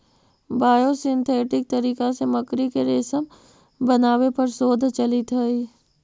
biosynthetic तरीका से मकड़ी के रेशम बनावे पर शोध चलित हई